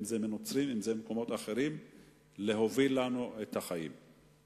אם נוצרים ואם אחרים להוביל לנו את החיים.